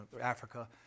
africa